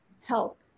help